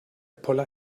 poller